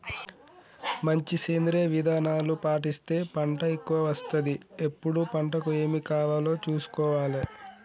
మంచి సేంద్రియ విధానాలు పాటిస్తే పంట ఎక్కవ వస్తది ఎప్పుడు పంటకు ఏమి కావాలో చూసుకోవాలే